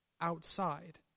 outside